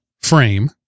frame